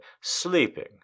sleeping